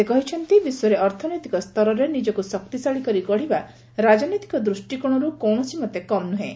ସେ କହିଛନ୍ତି ବିଶ୍ୱରେ ଅର୍ଥନୈତିକ ସ୍ତରରେ ନିଜକୁ ଶକ୍ତିଶାଳୀ କରି ଗଢ଼ିବା ରାଜନୈତିକ ଦୃଷ୍ଟିକୋଶରୁ କୌଣସିମତେ କମ୍ ନୁହେଁ